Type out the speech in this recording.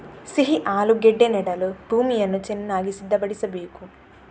ಸಿಹಿ ಆಲೂಗೆಡ್ಡೆ ನೆಡಲು ಭೂಮಿಯನ್ನು ಚೆನ್ನಾಗಿ ಸಿದ್ಧಪಡಿಸಬೇಕು